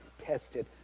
tested